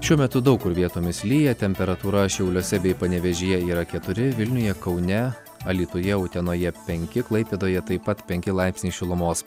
šiuo metu daug kur vietomis lyja temperatūra šiauliuose bei panevėžyje yra keturi vilniuje kaune alytuje utenoje penki klaipėdoje taip pat penki laipsniai šilumos